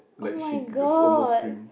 oh my god